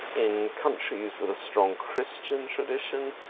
in countries with a strong christian tradition,